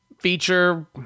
feature